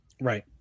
Right